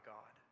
God